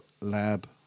Lab